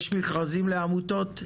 יש מכרזים לעמותות?